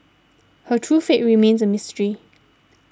her true fate remains a mystery